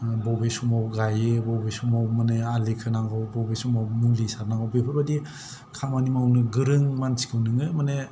बबे समाव गायो बबे समाव माने आलि खोनांगौ बबे समाव मुलि सारनांगौ बेफोरबादि खामानि मावनो गोरों मानसिखौ नोङो माने